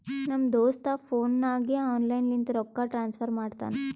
ನಮ್ ದೋಸ್ತ ಫೋನ್ ನಾಗೆ ಆನ್ಲೈನ್ ಲಿಂತ ರೊಕ್ಕಾ ಟ್ರಾನ್ಸಫರ್ ಮಾಡ್ತಾನ